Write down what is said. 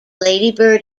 ladybird